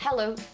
Hello